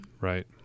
right